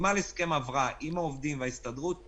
חתימה על הסכם הבראה עם העובדים וההסתדרות.